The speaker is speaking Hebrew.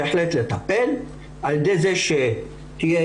ניתן בהחלט לנהל ולקיים מוסד אקדמי בשפה הערבית